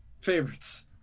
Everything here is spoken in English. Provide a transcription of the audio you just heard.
favorites